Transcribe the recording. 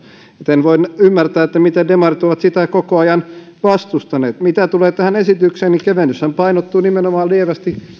en voi ymmärtää miten demarit ovat sitä koko ajan vastustaneet mitä tulee tähän esitykseen niin kevennyshän painottuu nimenomaan lievästi